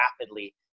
rapidly